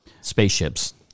Spaceships